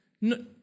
no